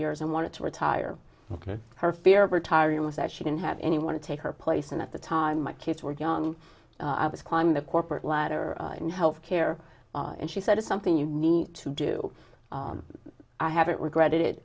years and wanted to retire her fear of retiring was that she didn't have anyone to take her place and at the time my kids were young i was climbing the corporate ladder in health care and she said it's something you need to do i haven't regretted